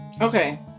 Okay